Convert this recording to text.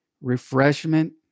refreshment